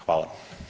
Hvala.